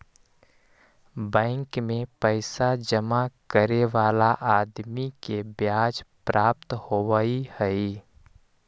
bank में पैसा जमा करे वाला आदमी के ब्याज प्राप्त होवऽ हई